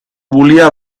volia